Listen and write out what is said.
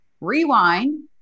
rewind